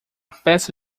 festa